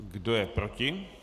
Kdo je proti?